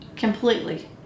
Completely